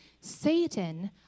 Satan